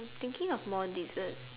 thinking of more dessert